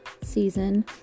season